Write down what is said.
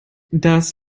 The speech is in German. das